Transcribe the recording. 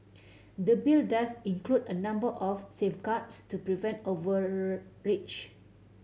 the Bill does include a number of safeguards to prevent overreach